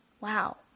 wow